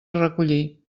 recollir